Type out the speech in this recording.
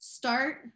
start